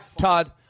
Todd